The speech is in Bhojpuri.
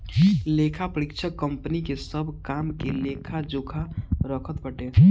लेखापरीक्षक कंपनी के सब काम के लेखा जोखा रखत बाटे